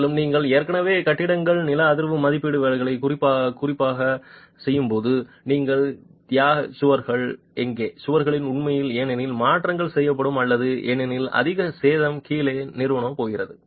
மேலும் நீங்கள் ஏற்கனவே கட்டிடங்கள் நில அதிர்வு மதிப்பீடு வேலை குறிப்பாக போது நீங்கள் தியாக சுவர்கள் எங்கே சுவர்கள் உண்மையில் ஏனெனில் மாற்றங்கள் செய்யப்படும் அல்லது ஏனெனில் அதிக சேதம் கீழே நிறமான போகிறது